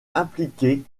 impliqués